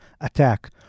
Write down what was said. attack